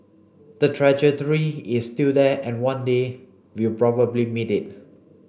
the trajectory is still there and one day we'll probably meet it